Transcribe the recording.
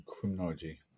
criminology